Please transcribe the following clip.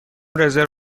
رزرو